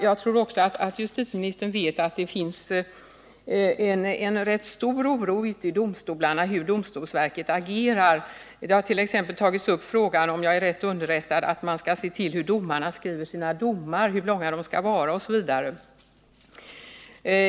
Jag tror också att justitieministern vet att det finns ganska stor oro ute i domstolarna när det gäller hur domstolsverket agerar. Om jag är rätt underrättad har det i anvisningarna tagits upp att man skall se till hur domarna skriver sina domar, hur långa dessa skall vara, osv.